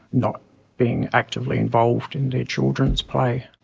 not being actively involved in their children's play.